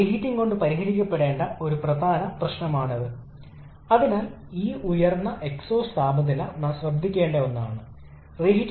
4 എന്നത് വായുവിന്റെ ഒരു സാധാരണ മൂല്യമാണ് സാധാരണ അന്തരീക്ഷത്തിൽ